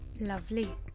Lovely